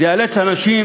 זה יאלץ אנשים